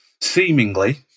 seemingly